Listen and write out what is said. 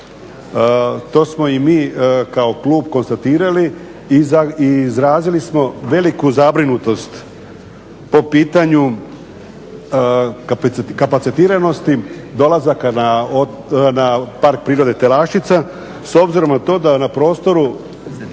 To smo i mi kao klub konstatirali i izrazili smo veliku zabrinutost po pitanju kapacitiranosti, dolazaka na Park prirode Telašcia, s obzirom na to da na prostoru